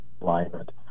alignment